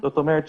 זאת אומרת,